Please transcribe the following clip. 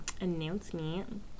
announcement